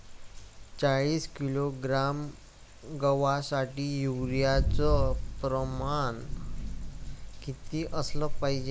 चाळीस किलोग्रॅम गवासाठी यूरिया च प्रमान किती असलं पायजे?